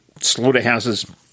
slaughterhouses –